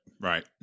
Right